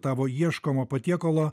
tavo ieškomo patiekalo